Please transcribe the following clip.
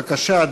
בבקשה,